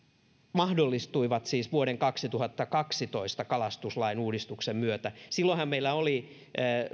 mahdollistuivat siis vuoden kaksituhattakaksitoista kalastuslain uudistuksen myötä silloinhan meillä oli